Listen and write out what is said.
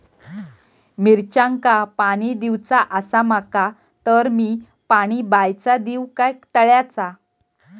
मिरचांका पाणी दिवचा आसा माका तर मी पाणी बायचा दिव काय तळ्याचा?